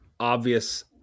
obvious